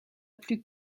plus